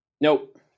Nope